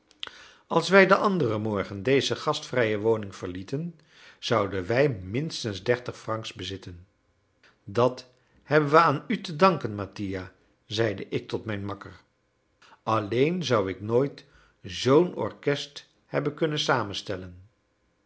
als wij den anderen morgen deze gastvrije woning verlieten zouden wij minstens dertig francs bezitten dat hebben we aan u te danken mattia zeide ik tot mijn makker alleen zou ik nooit zoo'n orkest hebben kunnen samenstellen